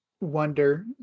wonder